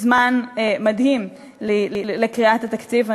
זמן מדהים לקריאת התקציב.